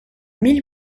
mille